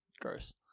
Gross